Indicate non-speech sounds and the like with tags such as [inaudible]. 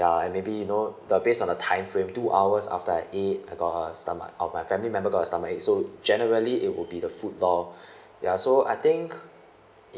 [breath] ya and maybe you know the based on the time frame two hours after I eat I got a stomach oh my family member got a stomach ache so generally it would be the food lor [breath] ya so I think